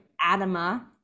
Adama